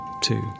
two